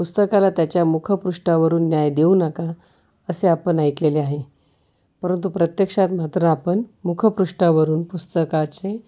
पुस्तकाला त्याच्या मुखपृष्ठावरून न्याय देऊ नका असे आपण ऐकलेले आहे परंतु प्रत्यक्षात मात्र आपण मुखपृष्ठावरून पुस्तकाचे